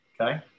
Okay